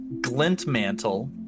Glintmantle